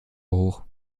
hoch